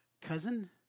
Cousin